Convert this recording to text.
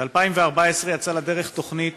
ב-2014 יצאה לדרך תוכנית